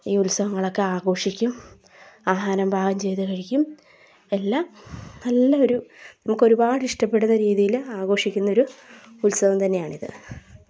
ഈ ഉത്സവങ്ങളൊക്കെ ആഘോഷിക്കും ആഹാരം പാകം ചെയ്ത കഴിക്കും എല്ലാം നല്ലൊരു നമുക്ക് ഒരുപാട് ഇഷ്ടപ്പെടുന്ന രീതിയിൽ ആഘോഷിക്കുന്ന ഒരു ഉത്സവം തന്നെയാണിത്